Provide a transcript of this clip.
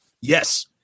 Yes